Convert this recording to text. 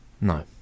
No